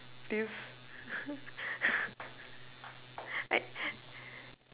this